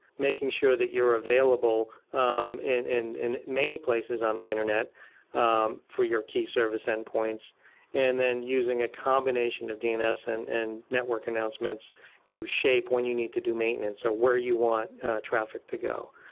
making sure that you're available um in in many places on the internet um for your key service endpoints and then using a combination of dns and and network announcements to shape when you need to do maintenance or where you want traffic to go.